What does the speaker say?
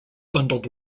bundled